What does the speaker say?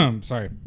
Sorry